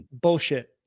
bullshit